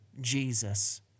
Jesus